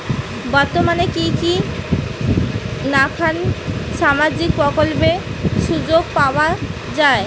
বর্তমানে কি কি নাখান সামাজিক প্রকল্পের সুযোগ পাওয়া যায়?